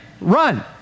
run